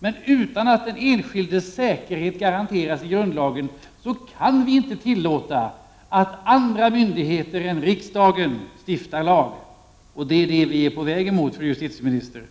Om inte den enskildes rättssäkerhet garanteras i grundlagen kan vi inte tillåta att andra myndigheter än riksdagen stiftar lagar. Vi är på väg mot en sådan utveckling, fru justitieminister.